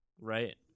right